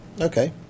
Okay